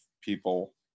people